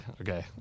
Okay